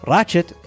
Ratchet